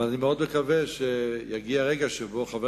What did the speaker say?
אבל אני מאוד מקווה שיגיע הרגע שבו חבר